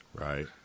Right